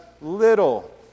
little